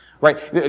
right